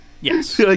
Yes